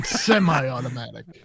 semi-automatic